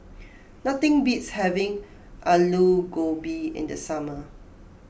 nothing beats having Aloo Gobi in the summer